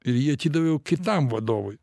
ir jį atidaviau kitam vadovui